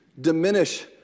diminish